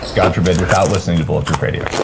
god forbid without listening to bulletproof radio?